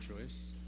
choice